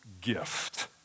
gift